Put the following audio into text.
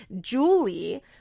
Julie